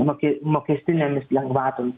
moke mokestinėmis lengvatomis